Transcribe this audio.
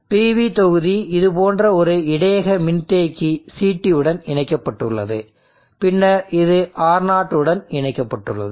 PV தொகுதி இது போன்ற ஒரு இடையக மின்தேக்கி CT உடன் இணைக்கப்பட்டுள்ளது பின்னர் இது R0 உடன் இணைக்கப்பட்டுள்ளது